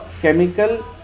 chemical